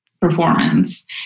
performance